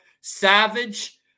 Savage